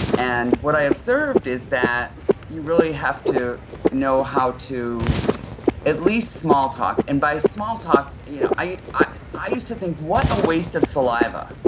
and what i observed is that you really have to know how to at least small talk and by small talk, you know i i used to think what a waste of saliva,